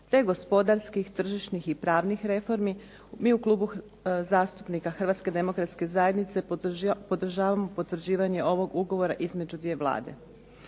te gospodarskih, tržišnih i pravni reformi, mi u Klubu zastupnika Hrvatske demokratske zajednice podržavamo potpisivanje ovog ugovora između dvije Vlade.